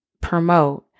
promote